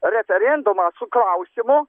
referendumą su klausimu